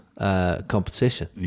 Competition